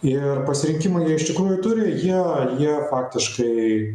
ir pasirinkimą jie iš tikrųjų turi jie ar jie faktiškai